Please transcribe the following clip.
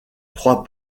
trois